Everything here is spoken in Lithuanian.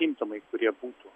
simptomai kurie būtų